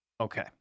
okay